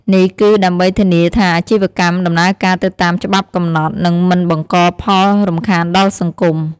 នេះគឺដើម្បីធានាថាអាជីវកម្មដំណើរការទៅតាមច្បាប់កំណត់ និងមិនបង្កផលរំខានដល់សង្គម។